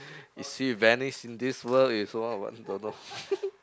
is she vanish in this world don't know